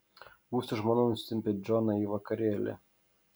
buvusi žmona nusitempia džoną į vakarėlį